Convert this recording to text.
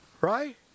Right